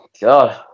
God